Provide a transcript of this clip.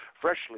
freshly